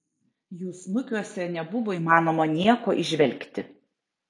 jų snukiuose nebuvo įmanoma nieko įžvelgti